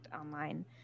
online